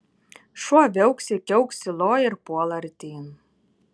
šuo viauksi kiauksi loja ir puola artyn